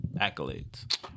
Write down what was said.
accolades